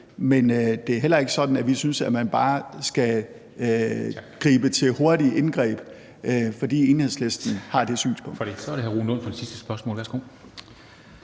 Men det er heller ikke sådan, at vi synes, at man bare skal gribe til hurtige indgreb, fordi Enhedslisten har det synspunkt.